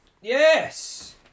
Yes